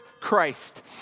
Christ